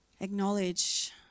Acknowledge